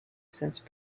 since